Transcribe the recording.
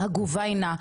הגוביינא בעצם,